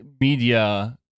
media